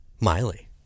Miley